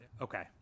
okay